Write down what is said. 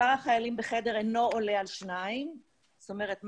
הוא אינו עולה על 2. זאת אומרת,